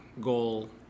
goal